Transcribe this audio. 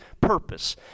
purpose